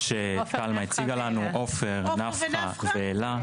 מה שתלמה הציגה לנו, עופר, נפחא ואלה.